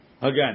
Again